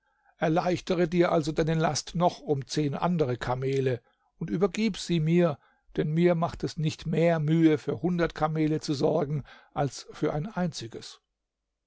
erleichtere dir also deine last noch um zehn andere kamele und übergib sie mir denn mir macht es nicht mehr mühe für hundert kamele zu sorgen als für ein einziges